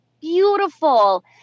beautiful